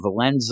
Valenza